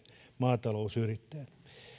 maatalousyrittäjät